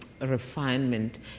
refinement